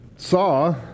Saw